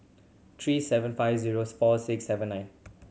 three seven five zero four six seven nine